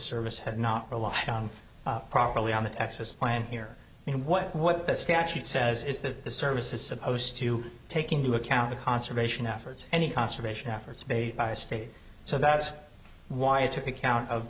service had not relied on properly on the texas plan here and what what the statute says is that the service is supposed to take into account the conservation efforts any conservation efforts made by state so that is why it took account of